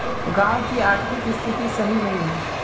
गाँव की आर्थिक स्थिति सही नहीं है?